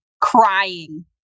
crying